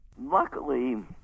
Luckily